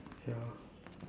ya